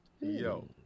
Yo